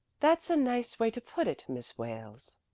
that's a nice way to put it, miss wales,